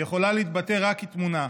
יכולה להתבטא רק כתמונה.